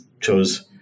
chose